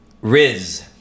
Riz